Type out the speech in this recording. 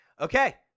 Okay